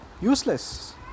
useless